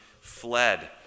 fled